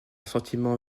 sentiment